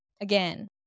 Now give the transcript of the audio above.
again